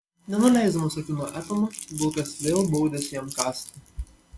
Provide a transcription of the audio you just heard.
nenuleisdamas akių nuo etano vilkas vėl baudėsi jam kąsti